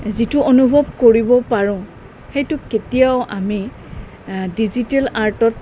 যিটো অনুভৱ কৰিব পাৰোঁ সেইটো কেতিয়াও আমি ডিজিটেল আৰ্টত